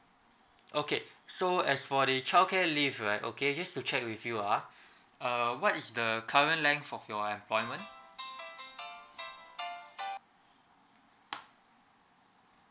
okay so as for the childcare leave right okay just to check with you ah uh what's the current length of your employment